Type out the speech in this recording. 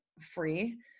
free